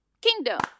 Kingdom